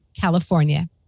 California